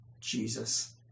Jesus